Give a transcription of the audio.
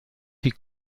die